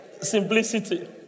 simplicity